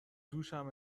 دوشم